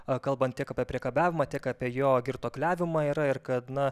kalbant tiek apie priekabiavimą tiek apie jo girtuokliavimą yra ir kad na